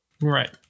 Right